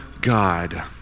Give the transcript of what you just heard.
God